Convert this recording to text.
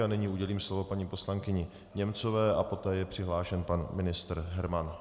A nyní udělím slovo paní poslankyni Němcové a poté je přihlášen pan ministr Herman.